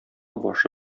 башы